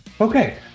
okay